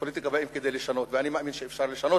לפוליטיקה באים כדי לשנות ואני מאמין שאפשר לשנות,